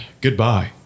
goodbye